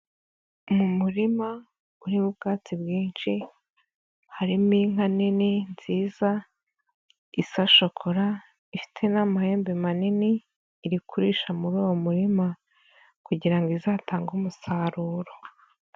Mu murima urimo ubwatsi bwinshi, harimo inka nini nziza, isa shokora, ifite n'amahembe manini, iri kurisha muri uwo murima kugira ngo izatange umusaruro.